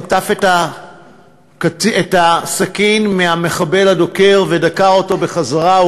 חטף את הסכין מהמחבל הדוקר ודקר אותו בחזרה,